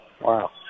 Wow